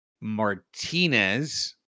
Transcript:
Martinez